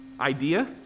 idea